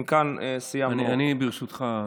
ברשותך,